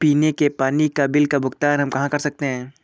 पीने के पानी का बिल का भुगतान हम कहाँ कर सकते हैं?